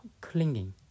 clinging